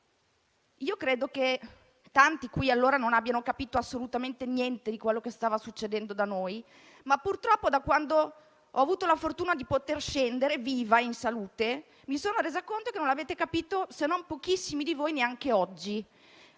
allora che tanti in questa sede non abbiano capito assolutamente niente di quello che stava succedendo da noi. Purtroppo, da quando ho avuto la fortuna di poter scendere qui viva, in salute, mi sono resa conto che non avete capito - se non pochissimi di voi - neanche oggi;